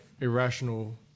irrational